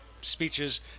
speeches